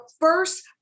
first